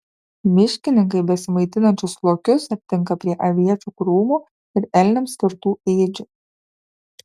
miškininkai besimaitinančius lokius aptinka prie aviečių krūmų ir elniams skirtų ėdžių